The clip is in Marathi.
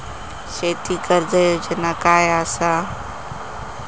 शेती कर्ज योजना काय असा?